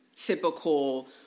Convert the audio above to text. typical